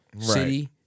city